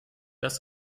das